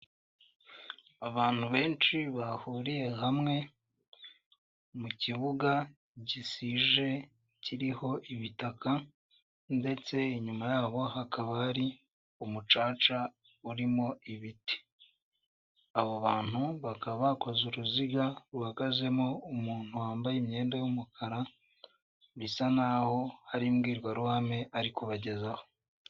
Abantu benshi bahuriye hamwe mu kibuga gisije kiriho ibitaka ndetse inyuma yaho hakaba hari umucaca urimo ibiti. Abo bantu bakaba bakoze uruziga ruhagazemo umuntu wambaye imyenda y'umukara bisa naho ari imbwirwaruhame ari kubagezaho.